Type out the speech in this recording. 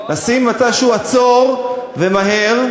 לשים מתישהו "עצור", ומהר,